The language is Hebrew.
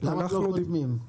למה הם לא חותמים?